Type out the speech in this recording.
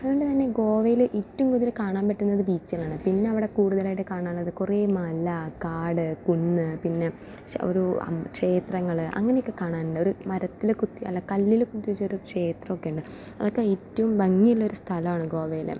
അതുകൊണ്ട് തന്നെ ഗോവയിൽ ഏറ്റവും കൂടുതൽ കാണാൻ പറ്റുന്നത് ബീച്ചുകളാണ് പിന്നെ അവിടെ കൂടുതലായിട്ട് കാണാനുള്ളത് കുറേ മല കാട് കുന്ന് പിന്നെ ഒരു ക്ഷേത്രങ്ങൾ അങ്ങനെയൊക്കെ കാണാൻ ഒരു മരത്തിൽ കൊത്തി അല്ല കല്ലിൽ കൊത്തി വെച്ചൊരു ക്ഷേത്രമൊക്കെയുണ്ട് അതൊക്കെ ഏറ്റവും ഭംഗിയുള്ളൊരു സ്ഥലമാണ് ഗോവയിലെ